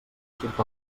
surt